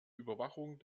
überwachung